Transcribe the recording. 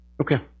Okay